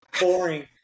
boring